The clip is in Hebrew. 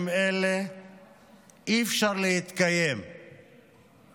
אי-אפשר להתקיים בימים אלה.